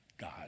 God